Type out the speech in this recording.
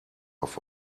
auf